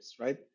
right